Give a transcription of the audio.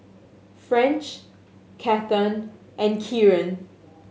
French Cathern and Kieran